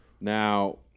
Now